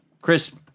Chris